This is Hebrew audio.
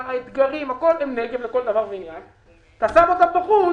האתגרים הם נגב לכל דבר ועניין; אתה שם אותם בחוץ